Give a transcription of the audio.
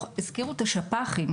הזכירו את השפ"חים.